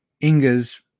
Inga's